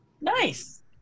nice